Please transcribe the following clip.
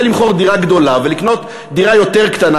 למכור דירה גדולה ולקנות דירה יותר קטנה,